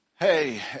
Hey